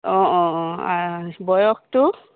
অঁ অঁ অঁ আ বয়সটো